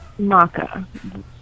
maca